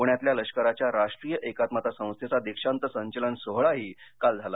पुण्यातल्या लष्कराच्या राष्ट्रीय एकात्मता संस्थेचा दीक्षांत संचलन सोहळाही काल झाला